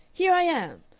here i am!